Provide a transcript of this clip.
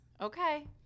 Okay